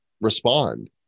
respond